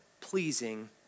pleasing